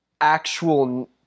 actual